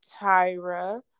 Tyra